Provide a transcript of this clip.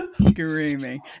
screaming